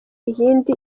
iyindi